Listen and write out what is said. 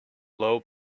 low